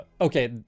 Okay